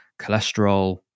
cholesterol